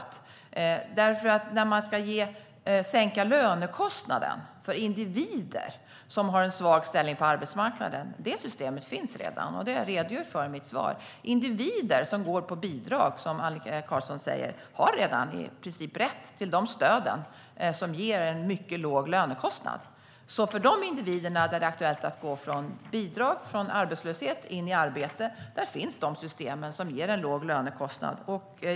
Det finns redan ett system när man ska sänka lönekostnaden för individer som har en svag ställning på arbetsmarknaden. Det har jag redogjort för i mitt svar. Individer som går på bidrag, som Annika Qarlsson säger, har redan i princip rätt till de stöden som ger en mycket låg lönekostnad. För de individer där det är aktuellt att gå från bidrag och arbetslöshet in i arbete finns de system som ger en låg lönekostnad.